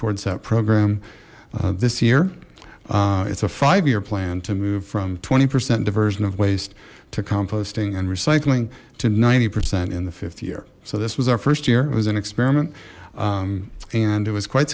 towards that program this year it's a five year plan to move from twenty percent diversion of waste to composting and recycling to ninety percent in the fifth year so this was our first year it was an experiment and it was quite